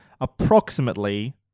approximately